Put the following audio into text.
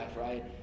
right